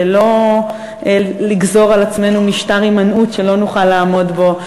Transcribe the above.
לא לגזור על עצמנו משטר הימנעות שלא נוכל לעמוד בו,